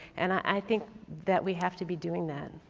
and i think that we have to be doing that.